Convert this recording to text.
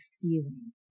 feeling